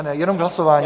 Ne, jenom k hlasování.